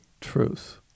truth